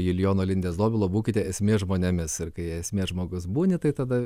julijono lindės dobilo būkite esmė žmonėmis ir kai esmė žmogus būni tai tada